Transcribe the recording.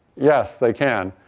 yes, they can.